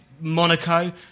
Monaco